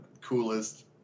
coolest